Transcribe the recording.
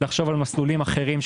לחשוב על מסלולים אחרים,